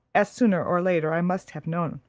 as sooner or later i must have known,